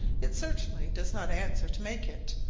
it certainly does not answer to make it,